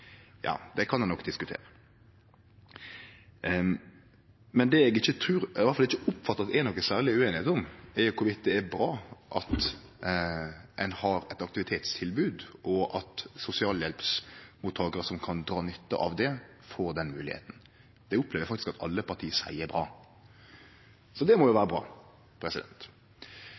kan ein nok diskutere. Det eg ikkje oppfattar at det er noka særleg ueinigheit om, er at det er bra at ein har eit aktivitetstilbod, og at sosialhjelpsmottakarar som kan dra nytte av det, får den moglegheita. Det opplever eg faktisk at alle parti seier er bra. Det må jo vere bra.